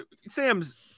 Sam's